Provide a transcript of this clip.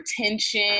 retention